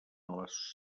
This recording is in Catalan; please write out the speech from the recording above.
les